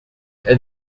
êtes